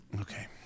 Okay